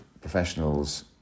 professionals